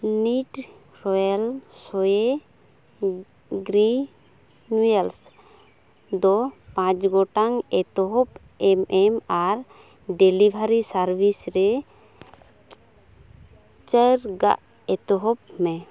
Nutrela soya granules ᱫᱚ ᱯᱟᱸᱪ ᱜᱚᱴᱟᱝ ᱮᱛᱚᱦᱚᱯ ᱮᱢ ᱮᱢ ᱟᱨ ᱰᱮᱞᱤᱵᱷᱟᱨᱤ ᱥᱟᱨᱵᱷᱤᱥ ᱨᱮ ᱪᱟᱹᱨ ᱜᱟᱜ ᱮᱛᱚᱦᱚᱯ ᱢᱮ